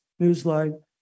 Newsline